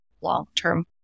long-term